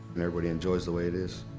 and everybody enjoys the way it is.